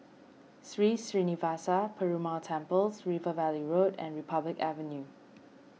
Sri Srinivasa Perumal Temple's River Valley Road and Republic Avenue